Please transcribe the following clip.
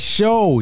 show